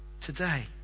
today